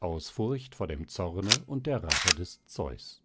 aus furcht vor dem zorne und der rache des zeus